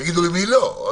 תגידו לי מי לא.